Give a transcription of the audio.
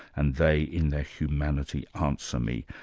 and they in their humanity answer me,